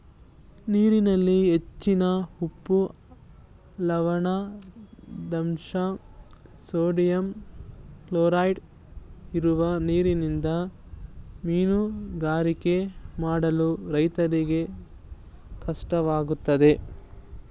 ನೀರಿನಲ್ಲಿ ಹೆಚ್ಚಿನ ಉಪ್ಪು, ಲವಣದಂಶ, ಸೋಡಿಯಂ ಕ್ಲೋರೈಡ್ ಇರುವ ನೀರಿನಿಂದ ಮೀನುಗಾರಿಕೆ ಮಾಡಲು ರೈತರಿಗೆ ಕಷ್ಟವಾಗುತ್ತದೆ